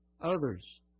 others